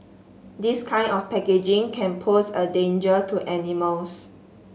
this kind of packaging can pose a danger to animals